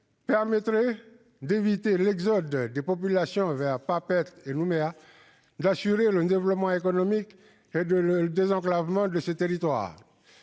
permettrait d'éviter l'exode des populations vers Papeete et Nouméa et d'assurer le développement économique et le désenclavement de ces territoires.